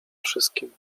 wszystkim